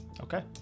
Okay